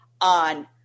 on